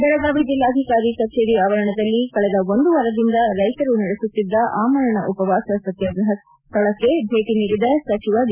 ಬೆಳಗಾವಿ ಜಿಲ್ಲಾಧಿಕಾರಿ ಕಚೇರಿ ಆವರಣದಲ್ಲಿ ಕಳೆದ ಒಂದು ವಾರದಿಂದ ರೈತರು ನಡೆಸುತ್ತಿದ್ದ ಆಮರಣ ಉಪವಾಸ ಸತ್ಯಾಗ್ರಹ ಸ್ವಳಕ್ಕೆ ಭೇಟಿ ನೀಡಿದ ಸಚಿವ ಡಿ